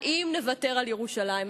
האם נוותר על ירושלים?